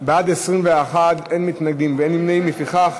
לדיון מוקדם בוועדת הכנסת נתקבלה.